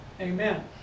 Amen